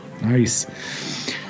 Nice